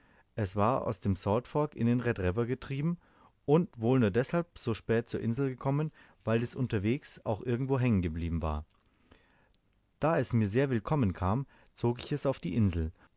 es war aus dem salt fork in den red river getrieben und wohl nur deshalb so spät zur insel gekommen weil es unterwegs auch irgendwo hängen geblieben war da es mir sehr willkommen kam zog ich es auf die insel